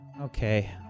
Okay